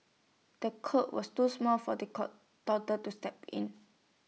the cot was too small for the cot toddler to step in